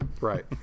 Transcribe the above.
Right